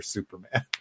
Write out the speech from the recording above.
Superman